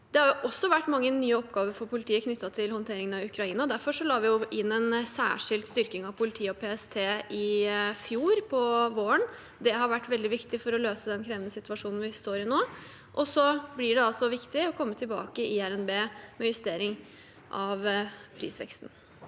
Det har også vært mange nye oppgaver for politiet knyttet til håndteringen av krigen i Ukraina. Derfor la vi inn en særskilt styrking av politiet og PST på våren i fjor. Det har vært veldig viktig for å løse den krevende situasjonen vi står i nå. Og så blir det altså viktig å komme tilbake i RNB med justering av prisveksten.